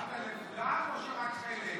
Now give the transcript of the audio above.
התכוונת לכולם או שרק חלק?